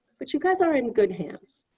but you guys are in good hands.